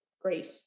great